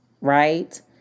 right